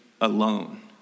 Alone